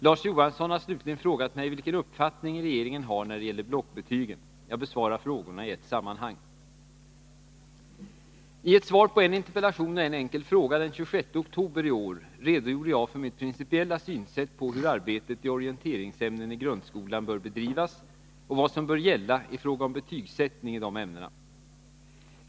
Larz Johansson har slutligen frågat mig vilken uppfattning regeringen har när det gäller blockbetygen. Jag besvarar frågorna i ett sammanhang. I ett svar på en interpellation och en fråga den 26 oktober 1982 redogjorde jag för mitt principiella synsätt på hur arbetet i orienteringsämnen i grundskolan bör bedrivas och vad som bör gälla i fråga om betygsättning i dessa ämnen.